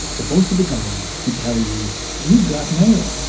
the voice of a guy who'd tell you you've got mail